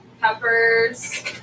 peppers